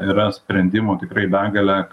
yra sprendimų tikrai begalė